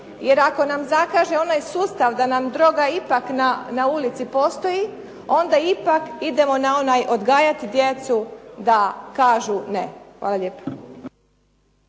Jer ako nam zakaže onaj sustav da nam droga ipak na ulici postoji, onda ipak idemo na onaj odgajati djecu da kažu ne. Hvala lijepo.